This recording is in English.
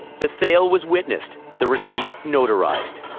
the sale was witnessed, the receipt notarized.